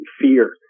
fear